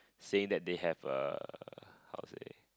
saying that they have a how to say